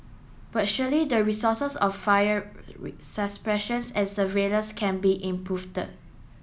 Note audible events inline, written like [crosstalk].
but surely the resources of fire [unintelligible] and surveillance can be improve [unintelligible]